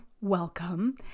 welcome